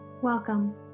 Welcome